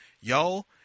Y'all